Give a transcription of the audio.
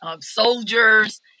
soldiers